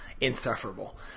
insufferable